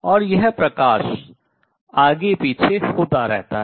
और यह प्रकाश आगे पीछे होता रहता है